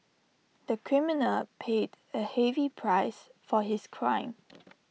the criminal paid A heavy price for his crime